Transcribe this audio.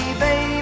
baby